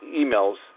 emails